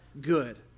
good